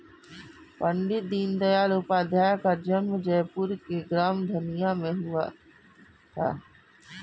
पण्डित दीनदयाल उपाध्याय का जन्म जयपुर के ग्राम धनिया में हुआ था